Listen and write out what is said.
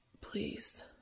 Please